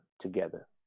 together